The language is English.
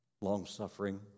long-suffering